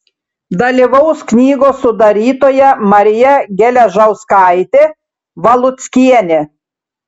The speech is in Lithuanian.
dalyvaus knygos sudarytoja marija geležauskaitė valuckienė